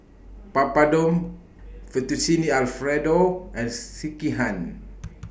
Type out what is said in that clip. Papadum Fettuccine Alfredo and Sekihan